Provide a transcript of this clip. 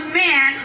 man